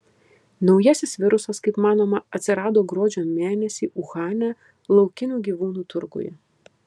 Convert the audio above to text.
naujasis virusas kaip manoma atsirado gruodžio mėnesį uhane laukinių gyvūnų turguje